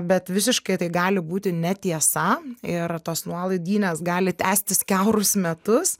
bet visiškai tai gali būti netiesa ir tos nuolaidynės gali tęstis kiaurus metus